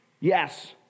Yes